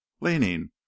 leaning